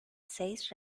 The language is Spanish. seis